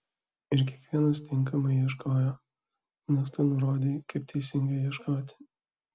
ir kiekvienas tinkamai ieškojo nes tu nurodei kaip teisingai ieškoti